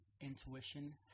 intuition